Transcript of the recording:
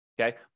Okay